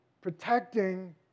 protecting